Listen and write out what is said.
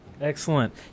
Excellent